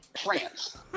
France